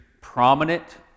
prominent